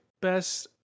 Best